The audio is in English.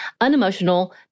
unemotional